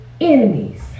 enemies